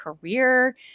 career